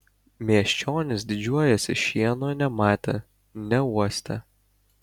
miesčionys didžiuojasi šieno nematę neuostę